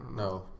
No